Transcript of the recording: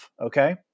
Okay